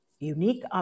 Unique